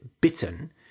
bitten